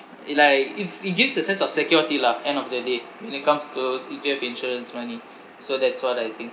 i~ like it's it gives a sense of security lah end of the day when it comes to C_P_F insurance money so that's what I think